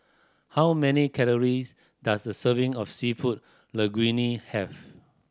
how many calories does a serving of Seafood Linguine have